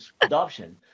adoption